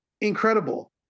Incredible